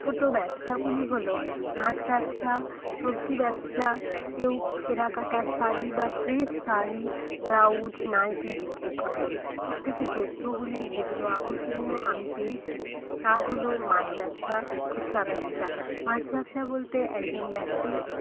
ছোটো ব্যবসাগুলি হল মাছ ব্যবসা সবজি ব্যবসা কেউ ছেঁড়া কাটা শাড়ি বা ফ্রেশ শাড়ি ব্লাউজ নাইটি বিক্রি করেন এর থেকে তথ্যগুলি যেগুলো আকর্ষণীয় আমি পেয়েছি তা হল মাছ ব্যবসা ফুচকা ব্যবসা মাছ ব্যবসা বলতে একজন ব্যক্তি